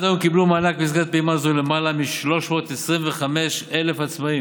מי שבעד הוא